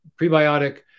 prebiotic